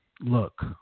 Look